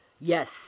Yes